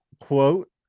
Quote